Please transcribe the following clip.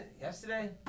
yesterday